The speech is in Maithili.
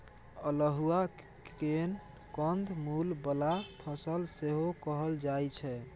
अल्हुआ केँ कंद मुल बला फसल सेहो कहल जाइ छै